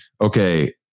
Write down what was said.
Okay